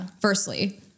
Firstly